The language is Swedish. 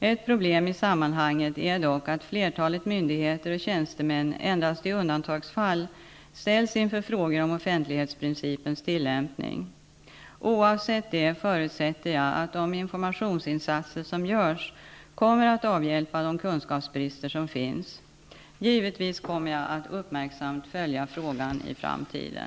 Ett problem i sammanhanget är dock att flertalet myndigheter och tjänstemän endast i undantagsfall ställs inför frågor om offentlighetsprincipens tillämpning. Oavsett detta förutsätter jag att de informationsinsatser som görs kommer att avhjälpa de kunskapsbrister som finns. Givetvis kommer jag att uppmärksamt följa frågan i framtiden.